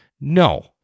No